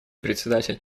председатель